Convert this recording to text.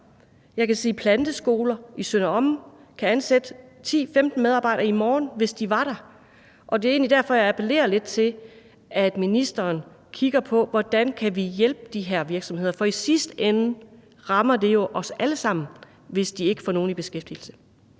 Jeg kan sige, at planteskoler i Sønder Omme kunne ansætte 10-15 medarbejdere i morgen, hvis de var der. Det er egentlig derfor, jeg appellerer lidt til, at ministeren kigger på, hvordan vi kan hjælpe de her virksomheder, for i sidste ende rammer det jo os alle sammen, hvis de ikke får nogen medarbejdere.